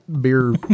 beer